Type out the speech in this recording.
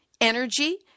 Energy